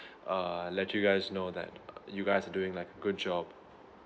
uh let you guys know that you guys are doing like a good job